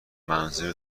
منظور